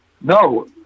No